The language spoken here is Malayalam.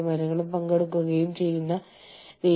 കൂടാതെ നിങ്ങൾക്ക് ചർച്ചകൾ നടക്കുന്ന കൺസോർഷ്യ ഉണ്ടായിരിക്കാം